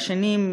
והשני,